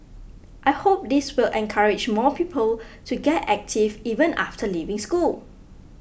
I hope this will encourage more people to get active even after leaving school